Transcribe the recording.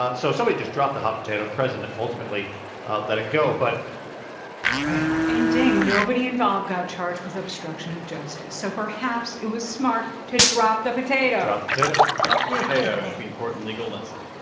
ah so somebody just dropped the hot potato. the president ultimately let it go. but man. and ding. nobody involved got charged with obstruction of justice. so perhaps it was smart to drop the potato drop the potato drop the potato. it's the important legal lesson.